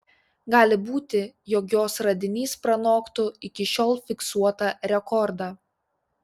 gali būti jog jos radinys pranoktų iki šiol fiksuotą rekordą